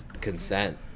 consent